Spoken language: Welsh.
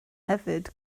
hefyd